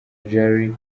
jali